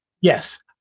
Yes